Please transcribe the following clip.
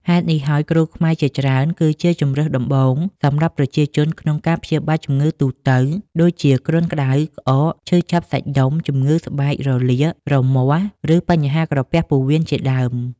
ហេតុនេះហើយ គ្រូខ្មែរជាច្រើនគឺជាជម្រើសដំបូងសម្រាប់ប្រជាជនក្នុងការព្យាបាលជំងឺទូទៅ ដូចជាគ្រុនក្ដៅ ក្អក ឈឺចាប់សាច់ដុំ ជំងឺស្បែក រលាក រមាស់ ឬបញ្ហាក្រពះពោះវៀនជាដើម។